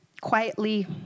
quietly